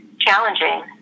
challenging